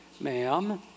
ma'am